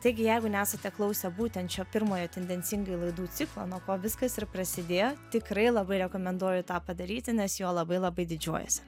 taigi jeigu nesate klausę būtent šio pirmojo tendencingai laidų ciklo nuo ko viskas ir prasidėjo tikrai labai rekomenduoju tą padaryti nes jo labai labai didžiuojuosi